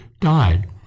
died